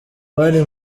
bari